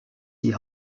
die